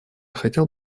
хотел